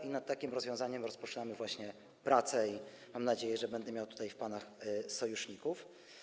I nad takim rozwiązaniem rozpoczynamy właśnie prace, i mam nadzieję, że będę miał tutaj w panach sojuszników.